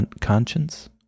Conscience